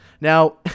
Now